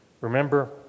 remember